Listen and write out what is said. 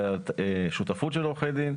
אלא שותפות של עורכי דין,